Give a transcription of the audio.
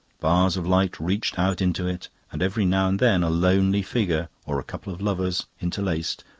bars of light reached out into it, and every now and then a lonely figure or a couple of lovers, interlaced,